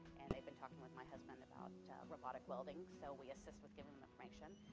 and they've been talking with my husband about robotic welding, so we assist with giving information.